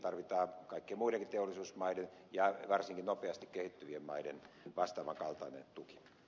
tarvitaan kaikkien muidenkin teollisuusmaiden ja varsinkin nopeasti kehittyvien maiden vastaavan kaltainen tuki